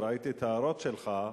וראיתי את ההערות שלך,